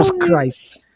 Christ